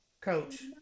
coach